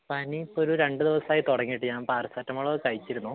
പനി ഇപ്പം ഒരു രണ്ട് ദിവസമായി തുടങ്ങീട്ട് ഞാൻ പാരസെറ്റമോൾ ഒക്കെ കഴിച്ചിരുന്നു